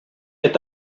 est